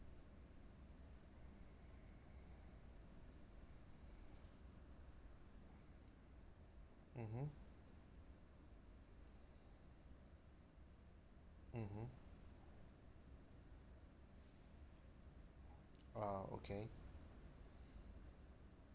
mmhmm mmhmm ah okay